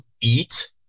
eat